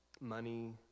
money